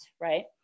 right